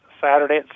Saturday